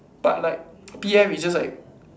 but like P_F is just like